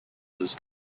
his